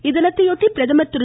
இத்தினத்தையொட்டி பிரதமர் திரு